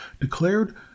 declared